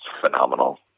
phenomenal